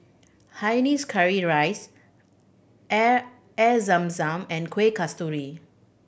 hainanese curry rice air Air Zam Zam and Kueh Kasturi